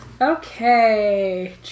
Okay